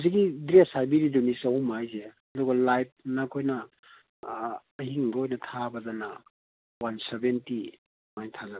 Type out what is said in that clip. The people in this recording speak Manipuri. ꯍꯧꯖꯤꯛꯀꯤ ꯗ꯭ꯔꯦꯁ ꯍꯥꯏꯕꯤꯔꯤꯗꯨꯅꯤ ꯆꯍꯨꯝ ꯍꯥꯏꯁꯦ ꯑꯗꯨꯒ ꯂꯥꯏꯐꯅ ꯑꯩꯈꯣꯏꯅ ꯑꯍꯤꯡꯕ ꯑꯣꯏꯅ ꯊꯥꯕꯗꯅ ꯋꯥꯟ ꯁꯕꯦꯟꯇꯤ ꯑꯗꯨꯃꯥꯏꯅ ꯊꯥꯖꯕ